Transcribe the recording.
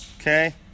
okay